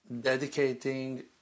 dedicating